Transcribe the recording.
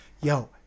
Yo